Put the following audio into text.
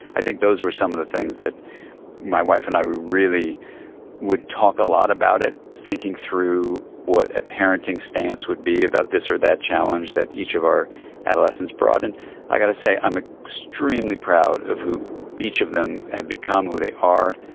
i think those were some of the things that my wife and i really would talk a lot about, thinking through what a parenting stance would be about this or that challenge that each of our adolescents brought. and i've got to say, i am ah extremely proud of who each of them have become, who they are,